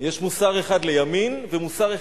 ומוסר אחד לשמאל.